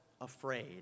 afraid